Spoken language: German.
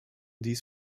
dies